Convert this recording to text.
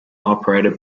operated